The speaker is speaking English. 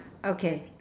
okay